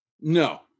No